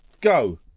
Go